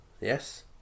Yes